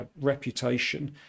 reputation